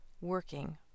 working